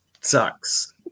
Sucks